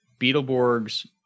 beetleborgs